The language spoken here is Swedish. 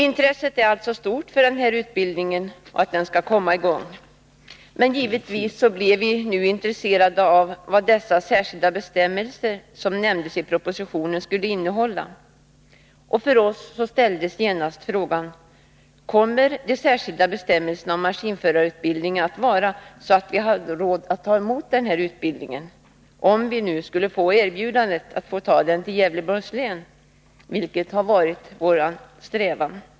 Intresset för att denna utbildning skall komma i gång är stort. Givetvis är vi nu intresserade av vad de särskilda bestämmelser som nämns i propositionen kommer att innehålla. Den stora frågan för oss är om de särskilda bestämmelserna om maskinförarutbildning kommer att vara sådana att vi har råd att ta emot utbildningen, om vi nu skulle få ett erbjudande om att få den i Gävleborgs län.